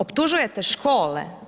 Optužujete škole.